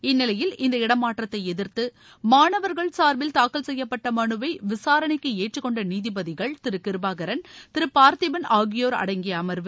இந்நிலையில் இந்த இடமாற்றத்தை எதிர்த்து மாணவர்கள் சார்பில் தாக்கல் செய்யப்பட்ட மனுவை விசாரணைக்கு ஏற்றுக்கொண்ட நீதிபதிகள் கிருபாகரன் பார்த்திபன் ஆகியோர் அடங்கிய அமர்வு